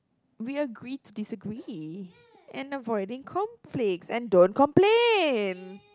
we agree to disagree and avoiding conflicts and don't complain